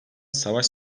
savaş